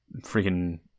freaking